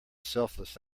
selfless